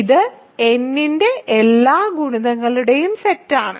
ഇത് n ന്റെ എല്ലാ ഗുണിതങ്ങളുടെയും സെറ്റാണ്